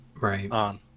Right